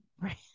Right